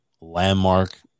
landmark